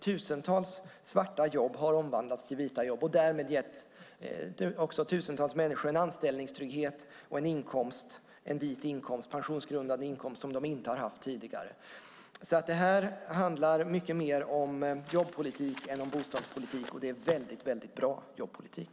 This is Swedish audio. Tusentals svarta jobb har omvandlats till vita jobb och därmed gett tusentals människor en anställningstrygghet och en vit, pensionsgrundande inkomst som de inte har haft tidigare. Det handlar mycket mer om jobbpolitik än om bostadspolitik, och det är en väldigt bra jobbpolitik.